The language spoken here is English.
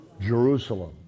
Jerusalem